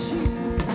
Jesus